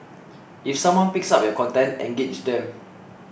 if someone picks up your content engage them